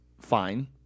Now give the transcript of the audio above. fine